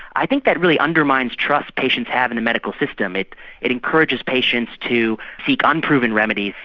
i think that really undermines trust patients have in the medical system. it it encourages patients to seek unproven remedies,